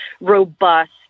robust